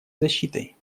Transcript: защитой